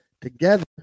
together